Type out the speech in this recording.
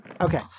Okay